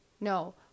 no